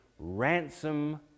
ransom